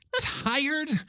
tired